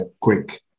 quick